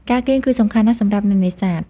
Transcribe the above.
ការគេងគឺសំខាន់ណាស់សម្រាប់អ្នកនេសាទ។